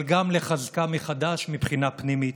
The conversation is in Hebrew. אבל גם לחזקה מחדש מבחינה פנימית.